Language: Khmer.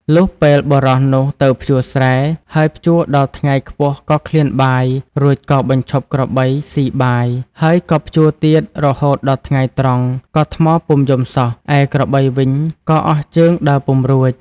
លុះពេលបុរសនោះទៅភ្ជួរស្រែ ហើយភ្ជួរដល់ថ្ងៃខ្ពស់ក៏ឃ្លានបាយ រួចក៏បញ្ឈប់ក្របីស៊ីបាយ ហើយក៏ភ្ជួរទៀតរហូតដល់ថ្ងៃត្រង់ក៏ថ្មពុំយំសោះ ឯក្របីវិញក៏អស់ជើងដើរពុំរួច។